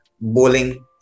bowling